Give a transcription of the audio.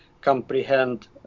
comprehend